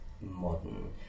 modern